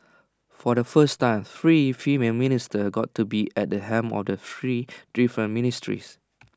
for the first time three female ministers got to be at the helm of the three different ministries